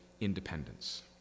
independence